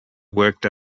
worked